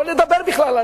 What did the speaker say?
אנחנו לא נדבר בכלל,